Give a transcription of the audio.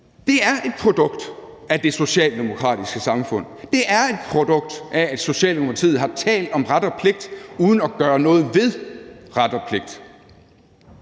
Det er et produkt af det socialdemokratiske samfund, det er et produkt af, at Socialdemokratiet har talt om ret og pligt uden at gøre noget ved ret og pligt.